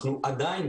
אנחנו עדיין,